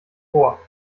vor